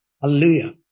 Hallelujah